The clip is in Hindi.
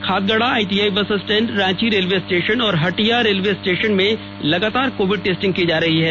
Khadgarha ITI bus stand Ranchi railway station और हटिया रेलवे स्टेशन में लगातार कोविड टेस्टिंग की जा रही है